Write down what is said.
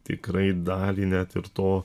tikrai dalį net ir to